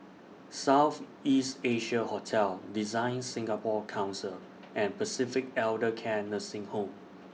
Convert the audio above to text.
South East Asia Hotel DesignSingapore Council and Pacific Elder Care Nursing Home